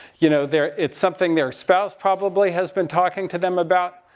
you know, they're, it's something their spouse probably has been talking to them about.